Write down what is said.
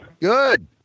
Good